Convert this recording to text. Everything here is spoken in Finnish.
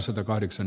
kannatan